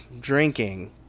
drinking